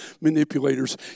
manipulators